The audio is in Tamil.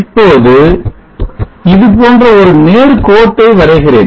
இப்போது இதுபோன்ற ஒரு நேர்கோட்டை வரைகிறேன்